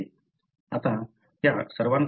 आता त्या सर्वांकडे हे आहे